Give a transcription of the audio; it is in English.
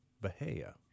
bahia